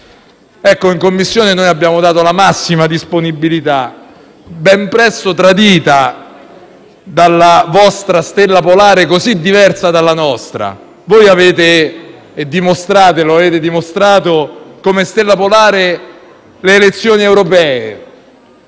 In Commissione abbiamo dato la nostra massima disponibilità, ben presto tradita dalla vostra stella polare, che è così diversa dalla nostra. Voi avete dimostrato di avere come stella polare le elezioni europee,